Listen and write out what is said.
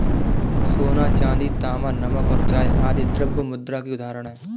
सोना, चांदी, तांबा, नमक और चाय आदि द्रव्य मुद्रा की उदाहरण हैं